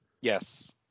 Yes